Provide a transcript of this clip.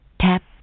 Tap